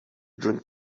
drink